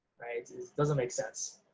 right? it doesn't make sense.